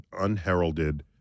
unheralded